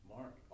Mark